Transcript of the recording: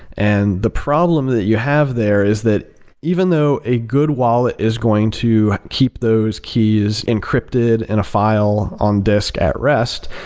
and the problem that you have there is that even though a good wallet is going to keep those keys encrypted in a file on disk at rest,